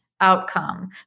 outcome